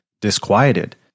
disquieted